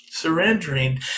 Surrendering